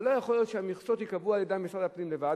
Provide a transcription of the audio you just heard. אבל לא יכול להיות שהמכסות ייקבעו על-ידי משרד הפנים לבד,